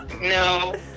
no